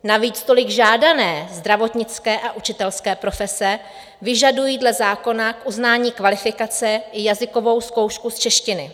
Navíc tolik žádané zdravotnické a učitelské profese vyžadují dle zákona k uznání kvalifikace i jazykovou zkoušku z češtiny.